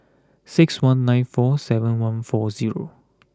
six one nine four seven one four zero